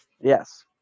yes